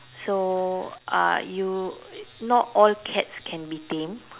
so uh you not all cats can be tamed